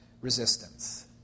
resistance